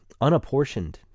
Unapportioned